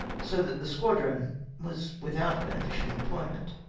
so that the squadron was without beneficial employment.